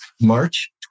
March